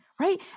right